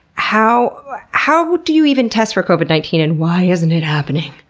how how do you even test for covid nineteen and why isn't it happening?